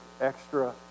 extra